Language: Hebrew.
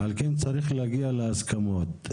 על כן צריך להגיע להסכמות.